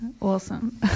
Awesome